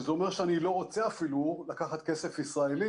שזה אומר שאני לא רוצה אפילו לקחת כסף ישראלי,